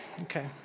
okay